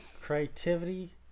Creativity